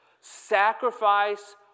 Sacrifice